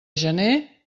gener